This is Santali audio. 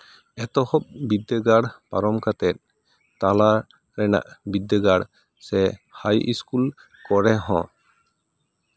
ᱮᱛᱚᱦᱚᱵ ᱵᱤᱫᱽᱫᱟᱹᱜᱟᱲ ᱯᱟᱨᱚᱢ ᱠᱟᱛᱮ ᱛᱟᱞᱟ ᱨᱮᱱᱟᱜ ᱵᱤᱫᱽᱫᱟᱹᱜᱟᱲ ᱥᱮ ᱦᱟᱭ ᱤᱥᱠᱩᱞ ᱠᱚᱨᱮ ᱦᱚᱸ